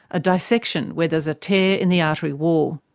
a dissection, where there's a tear in the artery wall.